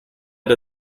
der